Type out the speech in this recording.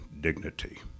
dignity